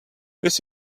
this